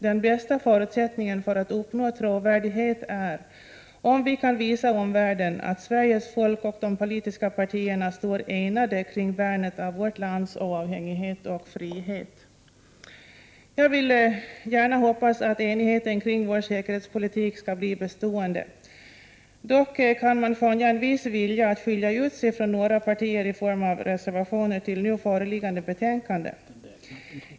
Den bästa förutsättningen för att uppnå trovärdighet är om vi kan visa omvärlden att Sveriges folk och de politiska partierna står enade kring värnet av vårt lands oavhängighet och frihet. Jag vill gärna hoppas att enigheten kring vår säkerhetspolitik skall bli bestående. Dock kan man hos några partier skönja en viss vilja att skilja ut sig i form av reservationer till nu föreliggande betänkande.